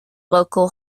local